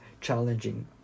challenging